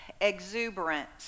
exuberant